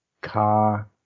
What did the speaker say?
car